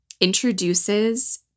introduces